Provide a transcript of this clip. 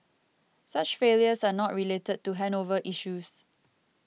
such failures are not related to handover issues